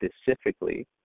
specifically